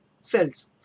cells